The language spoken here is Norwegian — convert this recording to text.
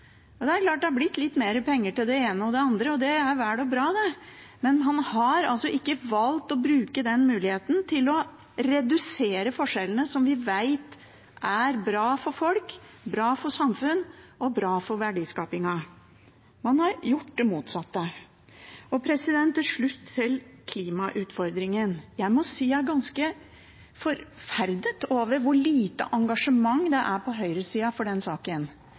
Det har klart blitt litt mer penger til det ene og det andre, og det er vel og bra, men man har altså ikke valgt å bruke muligheten til å redusere forskjellene, noe vi vet er bra for folk, bra for samfunnet og bra for verdiskapingen. Man har gjort det motsatte. Til slutt til klimautfordringen: Jeg må si jeg er ganske forferdet over hvor lite engasjement det er på høyresida for den saken.